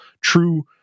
true